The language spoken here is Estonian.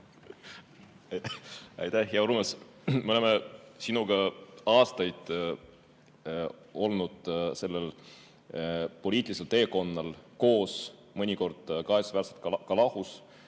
Aitäh, hea Urmas! Me oleme sinuga aastaid olnud sellel poliitilisel teekonnal koos, mõnikord kahetsusväärselt ka lahus,